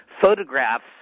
photographs